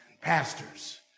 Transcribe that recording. pastors